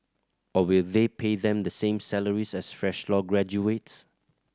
or will they pay them the same salaries as fresh law graduates